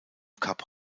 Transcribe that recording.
kap